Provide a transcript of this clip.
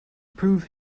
prove